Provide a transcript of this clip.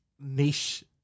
niche